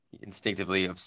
instinctively